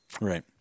Right